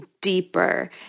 deeper